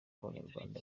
abanyarwanda